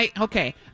Okay